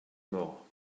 mort